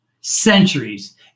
centuries